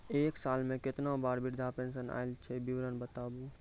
एक साल मे केतना बार वृद्धा पेंशन आयल छै विवरन बताबू?